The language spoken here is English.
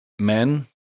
Men